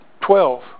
Twelve